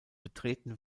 betreten